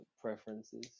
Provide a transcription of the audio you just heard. preferences